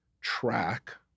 track